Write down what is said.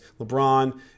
LeBron